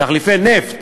תחליפי נפט,